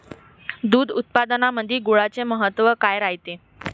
दूध उत्पादनामंदी गुळाचे महत्व काय रायते?